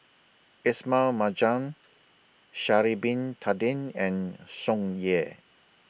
Ismail Marjan Sha'Ari Bin Tadin and Tsung Yeh